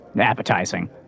appetizing